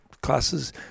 classes